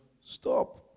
Stop